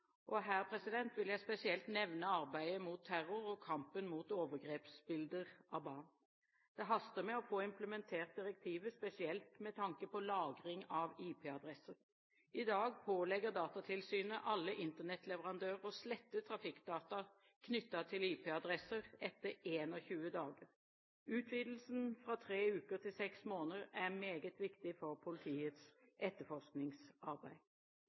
samfunn. Her vil jeg spesielt nevne arbeidet mot terror og kampen mot overgrepsbilder av barn. Det haster med å få implementert direktivet, spesielt med tanke på lagring av IP-adresser. I dag pålegger Datatilsynet alle Internett-leverandører å slette trafikkdata knyttet til IP-adresser etter 21 dager. Utvidelsen fra tre uker til seks måneder er meget viktig for politiets etterforskningsarbeid.